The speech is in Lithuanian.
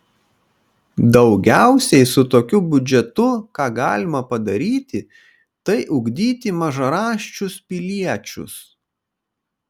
daugiausiai su tokiu biudžetu ką galima padaryti tai ugdyti mažaraščius piliečius